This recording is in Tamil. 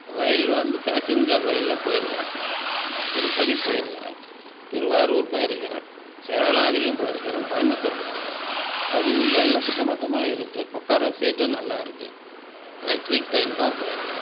ரயில் வந்து பேஸஞ்சர் ரயிலில் போயிருக்கிறேன் திருப்பதி போயிருக்கிறேன் திருவாரூர் போயிருக்கிறேன் சேலம் அதிகம் போயிருக்கிறேன் கோயமுத்தூர் போயிருக்கிறேன் அது உள்ளே எல்லாம் சுத்தபத்தமாக இருக்குது உட்கார்ற சீட்டும் நல்லாயிருக்கு எலக்ட்ரிக் ட்ரெய்ன் தான் போயிருக்கிறேன்